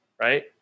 right